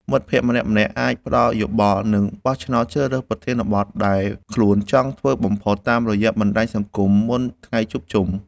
មិត្តភក្តិម្នាក់ៗអាចផ្ដល់យោបល់ និងបោះឆ្នោតជ្រើសរើសប្រធានបទដែលខ្លួនចង់ធ្វើបំផុតតាមរយៈបណ្ដាញសង្គមមុនថ្ងៃជួបជុំ។